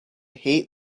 hate